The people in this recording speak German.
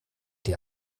die